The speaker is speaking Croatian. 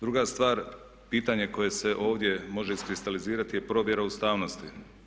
Druga stvar, pitanje koje se ovdje može iskristalizirati je provjera ustavnosti.